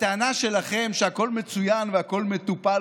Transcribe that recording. הטענה שלכם שהכול מצוין והכול מטופל